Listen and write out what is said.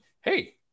Hey